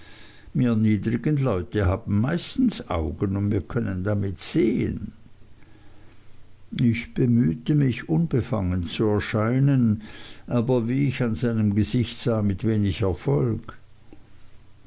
mir niedrigen leute haben meistens augen und mir können damit sehen ich bemühte mich unbefangen zu erscheinen aber wie ich an seinem gesicht sah mit wenig erfolg